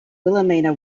wilhelmina